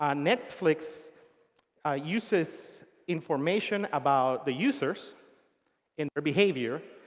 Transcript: ah netflix uses information about the users in their behavior.